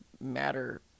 matter